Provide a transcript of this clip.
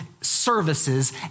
services